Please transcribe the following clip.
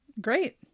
Great